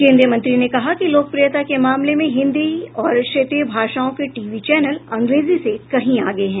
केन्द्रीय मंत्री ने कहा कि लोकप्रियता के मामले में हिन्दी और क्षेत्रीय भाषाओं के टीवी चैनल अंग्रेजी से कहीं आगे हैं